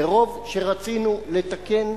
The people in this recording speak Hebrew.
מרוב שרצינו לתקן,